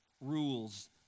rules